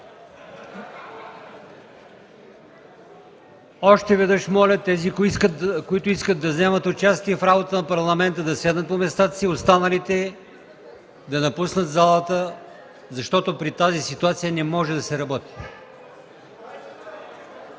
Още веднъж моля тези, които искат да вземат участие в работата на Парламента, да седнат на местата си. Останалите – да напуснат залата, защото при тази ситуация не може да се работи.